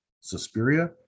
Suspiria